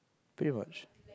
pretty much